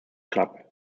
club